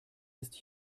ist